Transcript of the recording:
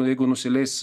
jeigu nusileis